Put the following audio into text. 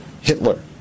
hitler